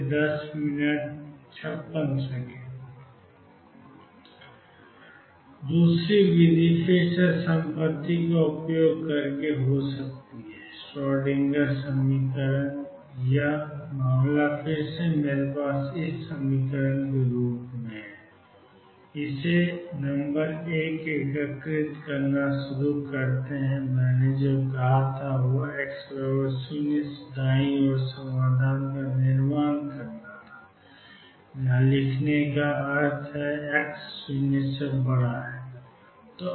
दूसरी विधि फिर से संपत्ति का उपयोग करके हो सकती है श्रोडिंगर समीकरण है और यह मामला फिर से मेरे पास है 00 L0 x0 xL नंबर 1 एकीकृत करना शुरू करें या मैं जो कहता हूं वह x0 से दाईं ओर समाधान का निर्माण करता है जहां लिखने का अर्थ है x0